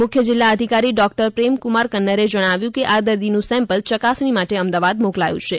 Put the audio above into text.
મુખ્ય જીલ્લા અધિકારી ડોકટર પ્રેમ કુમાર કન્નરે જણાવ્યું કે આ દર્દીનું સેમ્પલ ચકાસણી માટે અમદાવાદ મોકલાયું છે